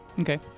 Okay